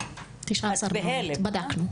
19 מעונות, בדקנו.